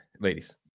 ladies